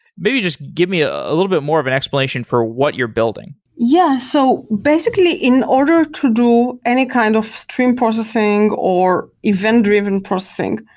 maybe you just give me a little bit more of an explanation for what you're building yeah. so basically, in order to do any kind of stream processing or event-driven processing,